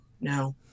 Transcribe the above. No